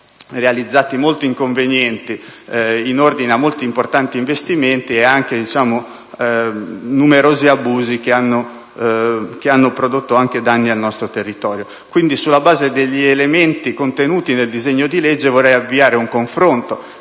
sono realizzati molti inconvenienti in ordine a molti importanti investimenti e anche numerosi abusi, che hanno prodotto danni al nostro territorio. Quindi, sulla base degli elementi contenuti nel disegno di legge, vorrei avviare un confronto,